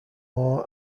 law